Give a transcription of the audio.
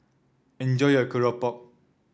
enjoy your Keropok